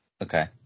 Okay